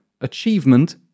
achievement